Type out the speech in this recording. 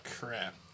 crap